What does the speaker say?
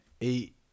eight